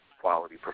quality